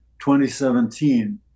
2017